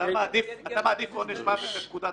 אתה מעדיף עונש מוות בפקודת ראש הממשלה?